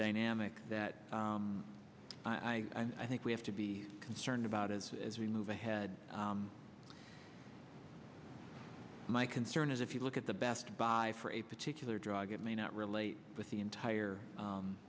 dynamic that i think we have to be concerned about is as we move ahead my concern is if you look at the best buy for a particular drug it may not relate with the entire